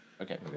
Okay